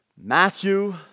Matthew